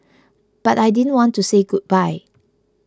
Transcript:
but I didn't want to say goodbye